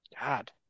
God